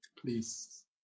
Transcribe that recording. please